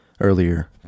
earlier